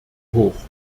hoch